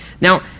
Now